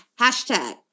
hashtag